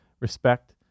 respect